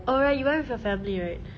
oh ya you went with your family right